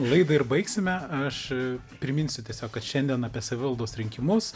laidą ir baigsime aš priminsiu tiesiog kad šiandien apie savivaldos rinkimus